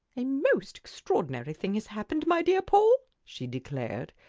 a most extraordinary thing has happened, my dear paul! she declared,